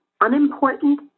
unimportant